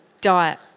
diet